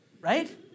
right